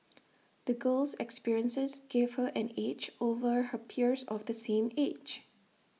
the girl's experiences gave her an edge over her peers of the same age